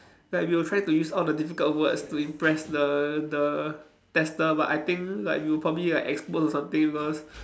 like we will try to use all the difficult words to impress the the tester but I think like we were probably like exposed or something because